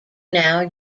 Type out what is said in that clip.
now